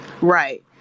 Right